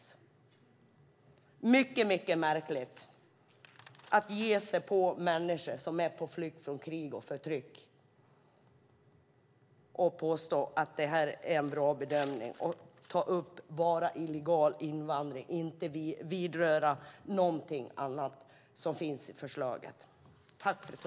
Det är mycket, mycket märkligt att ge sig på människor som är på flykt från krig och förtryck, att påstå att det här är en bra bedömning och bara ta upp illegal invandring, inte vidröra någonting annat som finns i förslaget.